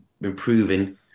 improving